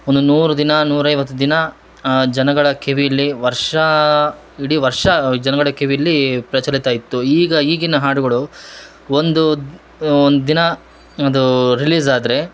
ಒಂದು ನೂರು ದಿನ ನೂರೈವತ್ತು ದಿನ ಜನಗಳ ಕಿವಿಲ್ಲಿ ವರ್ಷ ಇಡೀ ವರ್ಷ ಜನಗಳ ಕಿವಿಯಲ್ಲಿ ಪ್ರಚಲಿತ ಇತ್ತು ಈಗ ಈಗಿನ ಹಾಡುಗಳು ಒಂದು ಒಂದು ದಿನ ಅದು ರಿಲೀಸ್ ಆದರೆ